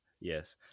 Yes